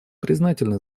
признательны